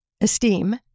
esteem